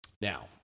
Now